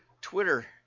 Twitter